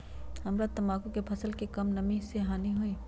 हमरा तंबाकू के फसल के का कम नमी से हानि होई?